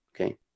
Okay